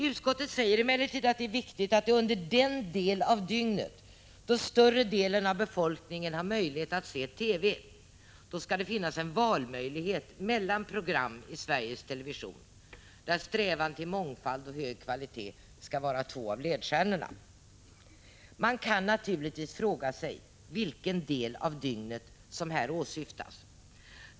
Utskottet säger emellertid att det är viktigt att det under den del av dygnet då större delen av befolkningen har möjlighet att se TV skall finnas en valmöjlighet mellan program i Sveriges Television där strävan till mångfald och hög kvalitet skall vara två av ledstjärnorna. Man kan naturligtvis fråga sig vilken del av dygnet som här åsyftas.